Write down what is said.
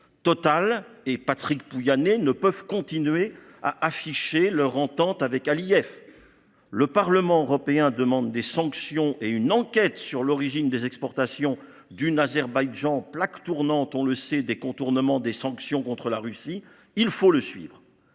et Patrick Pouyanné ne peuvent continuer d’afficher leur entente avec Aliyev. Le Parlement européen demande des sanctions et une enquête sur l’origine des exportations de l’Azerbaïdjan, qui est une plaque tournante, on le sait, des contournements des sanctions contre la Russie ; suivons-le